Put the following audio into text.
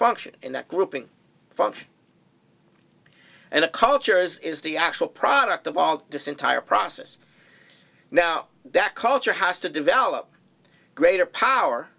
function and that grouping function and cultures is the actual product of all this entire process now that culture has to develop greater power